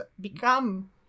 become